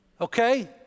Okay